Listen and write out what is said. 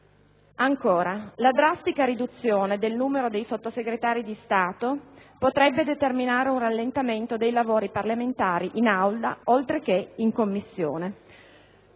Ancora. La drastica riduzione del numero dei Sottosegretari di Stato potrebbe determinare un rallentamento dei lavori parlamentari in Aula, oltre che in Commissione.